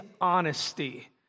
honesty